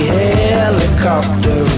helicopter